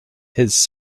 his